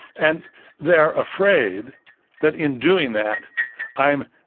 and they're afraid that in doing that i am,